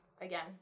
again